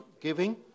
giving